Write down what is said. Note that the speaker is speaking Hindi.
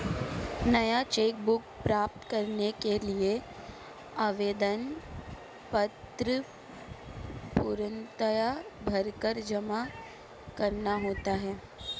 नया चेक बुक प्राप्त करने के लिए आवेदन पत्र पूर्णतया भरकर जमा करना होता है